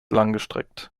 langgestreckt